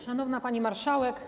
Szanowna Pani Marszałek!